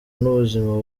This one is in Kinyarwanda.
n’ubuzima